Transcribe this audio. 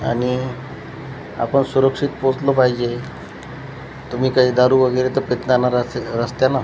आनि आपन सुरक्षित पोचलो पायजे तुम्मी काही दारू वगरे तर पीत नाय ना रस्त्या रस्त्यानं